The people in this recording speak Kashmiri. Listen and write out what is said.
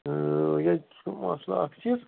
ییٚتہِ چھُ مسلہٕ اَکھ چیٖز